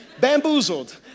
Bamboozled